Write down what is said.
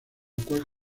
cual